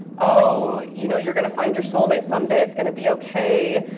oh, you know, you're going to find your soul mate someday. it's going to be ok.